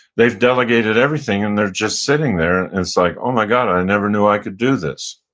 they've delegated everything, and they're just sitting there. it's like, oh, my god. i never knew i could do this.